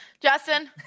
Justin